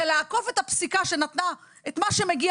זה לעקוף את הפסיקה שנתנה את מה שמגיע